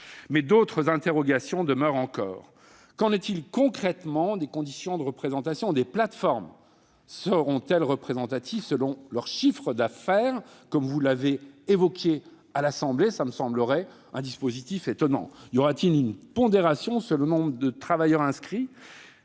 Mais d'autres interrogations demeurent. Qu'en est-il concrètement des conditions de représentation des plateformes ? Seront-elles représentatives selon leur chiffre d'affaires, comme vous l'avez évoqué à l'Assemblée nationale ? Cela me semblerait un dispositif étonnant. Y aura-t-il une pondération selon le nombre de travailleurs inscrits ?